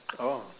oh